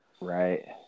right